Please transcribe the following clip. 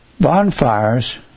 bonfires